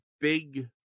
big